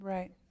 Right